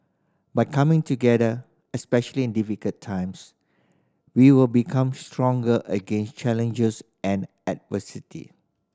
by coming together especially in difficult times we will become stronger against challenges and adversity